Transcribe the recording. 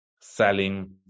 selling